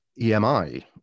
EMI